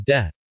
Death